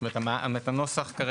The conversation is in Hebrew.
זאת אומרת, שהנוסח של